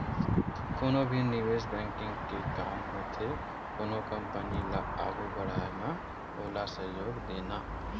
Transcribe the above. कोनो भी निवेस बेंकिग के काम होथे कोनो कंपनी ल आघू बड़हाय म ओला सहयोग देना